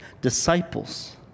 disciples